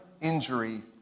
injury